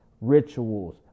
rituals